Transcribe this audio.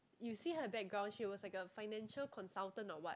you see her background she was like a financial consultant or what